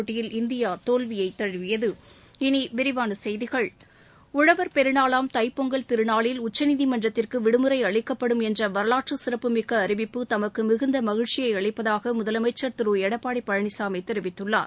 போட்டியில் இந்தியா தோல்வியைதழுவியது உழவர் பெருநாளாம் தைப்பொங்கல் திருநாளில் உச்சநீதிமன்றத்திற்கு விடுமுறை அளிக்கப்படும் என்ற வரலாற்று சிறப்புமிக்க அறிவிப்பு தமக்கு மிகுந்த மகிழ்ச்சியை அளிப்பதாக முதலமைச்சா் திரு எடப்பாடி பழனிசாமி தெரிவித்துள்ளார்